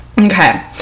okay